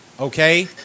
Okay